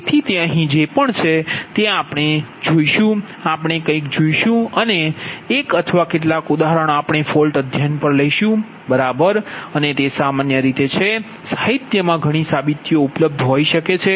તેથી તે અહીં જે પણ છે તે આપણે શું કરીશું કે આપણે કંઈક જોશું અને એક અથવા કેટલાક ઉદાહરણો આપણે ફોલ્ટ અધ્યયન પર લઈશું બરાબર અને તે સામાન્ય રીતે છે સાહિત્યમાં ઘણી સાબીતીઓ ઉપલબ્ધ હોઈ શકે છે